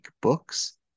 Books